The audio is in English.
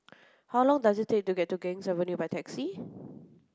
how long does it take to get to Ganges Avenue by taxi